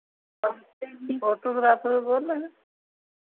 photographer बोल रहें